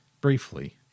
briefly